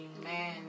Amen